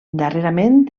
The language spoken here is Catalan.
darrerament